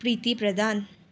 Priti Pradhan